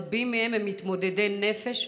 רבים מהם הם מתמודדי נפש,